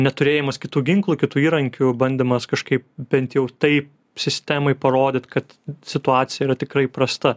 neturėjimas kitų ginklų kitų įrankių bandymas kažkaip bent jau taip sistemai parodyt kad situacija yra tikrai prasta